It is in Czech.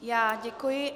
Já děkuji.